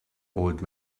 old